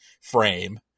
frame